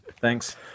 Thanks